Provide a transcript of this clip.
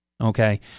Okay